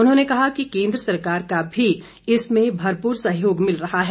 उन्होंने कहा कि केन्द्र सरकार का भी इसमें भरपूर सहयोग मिल रहा है